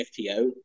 FTO